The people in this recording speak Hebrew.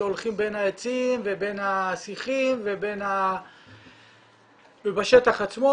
שהולכים בין העצים ובין השיחים ובשטח עצמו,